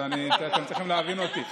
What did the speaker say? אתם צריכים להבין אותי.